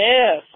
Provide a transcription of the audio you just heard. Yes